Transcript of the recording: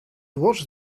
watched